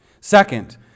Second